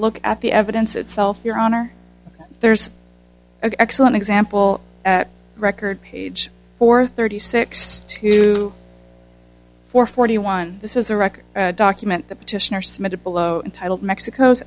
look at the evidence itself your honor there's an excellent example record page for thirty six to four forty one this is a record document the petitioner submitted below titled mexico's